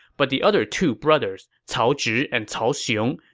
but the other two brothers, cao zhi and cao xiong,